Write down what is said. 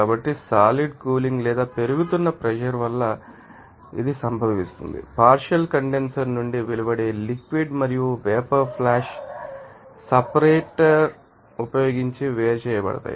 కాబట్టి solid cooling లేదా పెరుగుతున్న ప్రెషర్ వల్ల సంభవిస్తుంది మరియు పార్షియల్ కండెన్సర్ నుండి వెలువడే లిక్విడ్ మరియు వేపర్ ఫ్లాష్ సెపరేటర్ ఉపయోగించి వేరు చేయబడతాయి